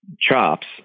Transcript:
chops